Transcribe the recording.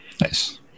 Nice